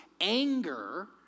anger